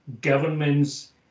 governments